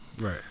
Right